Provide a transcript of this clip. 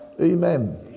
Amen